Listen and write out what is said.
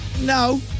No